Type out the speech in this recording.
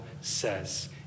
says